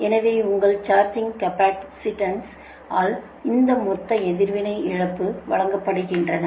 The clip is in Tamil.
எனவே உங்கள் சார்ஜிங் கேப்பாசிட்டன்ஸ் ஆல் இந்த மொத்த எதிர்வினை இழப்புகள் வழங்கப்படுகின்றன